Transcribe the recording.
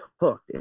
hooked